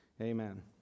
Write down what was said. Amen